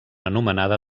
anomenada